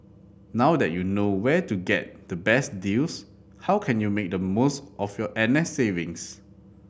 now that you know where to get the best deals how can you make the most of your N S savings